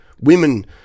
women